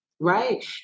Right